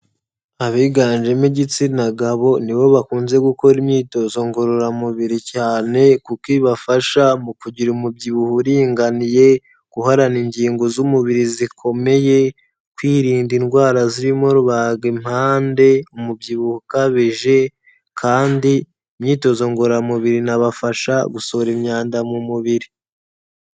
Abiganjemo igitsina gabo nibo bakunze gukora imyitozo ngororamubiri cyane kuko ibafasha mu kugira umubyibuho uringaniye, horanara ingingo z'umubiri zikomeye, kwirinda indwara zirimo rugimpande, umubyibuho ukabije, kandi imyitozo ngororamubiri inabafasha gusohora imyanda mu mubiri.